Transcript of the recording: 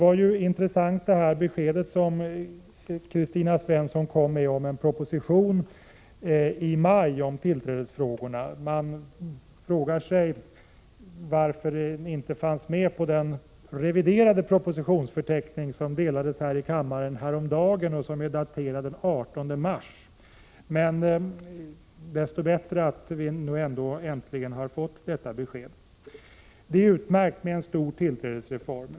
Kristina Svensson kom med ett intressant besked om en proposition i maj om tillträdesfrågorna. Man frågar sig varför den inte fanns med i den reviderade propositionsförteckningen som delades i kammaren häromdagen och som är daterad den 18 mars. Men desto bättre att vi nu äntligen har fått detta besked. Det är utmärkt med en stor tillträdesreform.